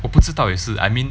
我不知到也是 I mean